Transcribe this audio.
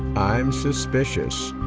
i'm suspicious.